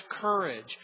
courage